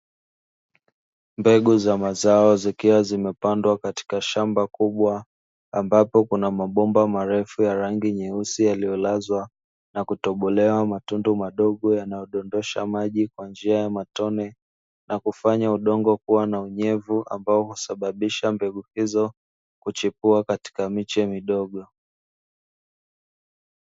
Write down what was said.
Mbegu za mazao zikiwa zimepandwa katika shamba kubwa ambapo kuna mabomba marefu ya rangi nyeusi yaliyolazwa, na kutobelewa matundu madogo yanayodondosha maji kwa njia ya matone. Na kufanya udongo kuwa na unyevu ambao husababisha mbegu hizo kuchipua katika miche midogo.